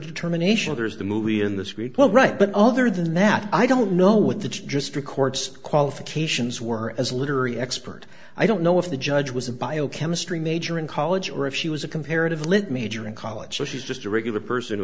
determination others the movie in this report right but other than that i don't know what the gist records qualifications were as a literary expert i don't know if the judge was a biochemistry major in college or if she was a comparative let me drink college so she's just a regular person who